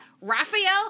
Raphael